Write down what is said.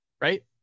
right